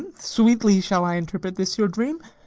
sweetly shall i interpret this your dream.